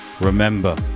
Remember